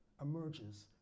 emerges